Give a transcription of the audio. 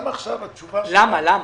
למה?